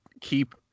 keep –